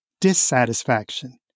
dissatisfaction